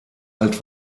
alt